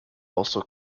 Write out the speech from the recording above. also